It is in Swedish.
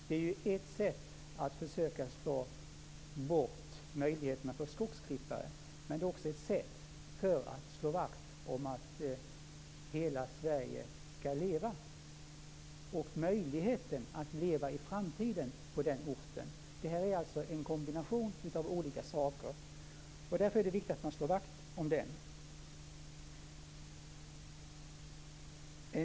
Det är ju ett sätt att försöka få bort möjligheterna för "skogsklippare", men det är också ett sätt att slå vakt om att hela Sverige skall leva och möjligheten att i framtiden leva på den orten. Detta är alltså en kombination av olika saker. Därför är det viktigt att slå vakt om bostadsplikten.